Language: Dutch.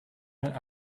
zijn